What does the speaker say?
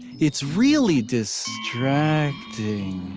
it's really distracting.